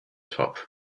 top